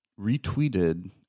retweeted